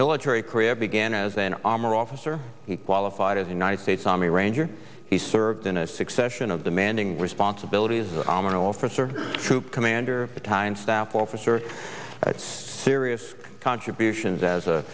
military career began as an armor officer he qualified as united states army ranger he served in a succession of demanding responsibilities i'm an officer troop commander a time staff officer serious contributions as